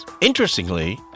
Interestingly